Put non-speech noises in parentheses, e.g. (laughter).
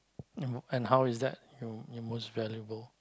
(noise) and how is that your your most valuable